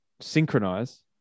synchronize